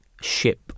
ship